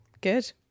good